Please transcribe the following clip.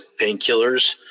painkillers